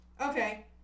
Okay